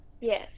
Yes